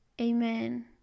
Amen